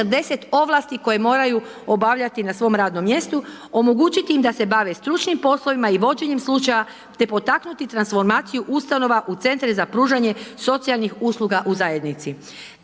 140 ovlasti koje moraju obavljati na svom radnom mjestu, omogućiti im da se bave stručnim poslovima i vođenjem slučaja te potaknuti transformaciju ustanova u centre za pružanje socijalnih usluga u zajednici.